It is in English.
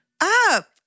up